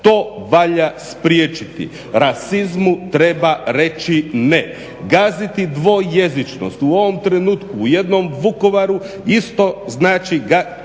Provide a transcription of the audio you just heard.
To valja spriječiti. Rasizmu treba reći ne. gaziti dvojezičnost u ovom trenutku u jednom Vukovaru isto znači